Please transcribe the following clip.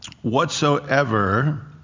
whatsoever